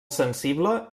sensible